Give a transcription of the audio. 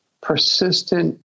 persistent